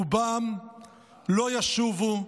רובם לא ישובו,